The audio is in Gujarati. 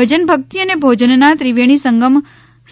ભજન ભક્તિ અને ભોજનના ત્રિવેણી સંગમ